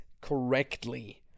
correctly